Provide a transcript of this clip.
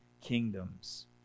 kingdoms